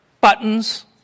buttons